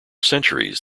centuries